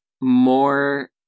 more